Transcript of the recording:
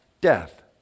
Death